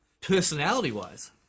Personality-wise